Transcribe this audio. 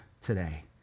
today